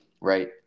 right